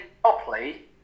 properly